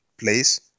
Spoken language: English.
place